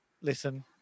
listen